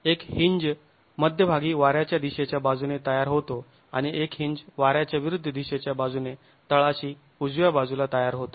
एक हींज मध्यभागी वाऱ्याच्या दिशेच्या बाजूने तयार होतो आणि एक हींज वाऱ्याच्या विरुद्ध दिशेच्या बाजूने तळाशी उजव्या बाजूला तयार होतो